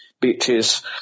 beaches